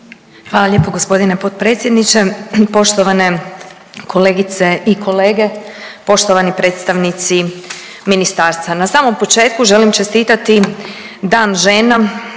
Hvala lijepo gospodine potpredsjedniče. Poštovane kolegice i kolege, poštovani predstavnici ministarstva, na samom početku želim čestitati Dan žena